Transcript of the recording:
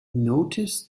noticed